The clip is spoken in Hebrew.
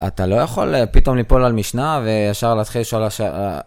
אתה לא יכול אה, פתאום ליפול על משנה, ו...ישר להתחיל לשאול על ש-אה...